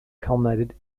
culminated